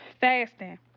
Fasting